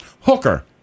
Hooker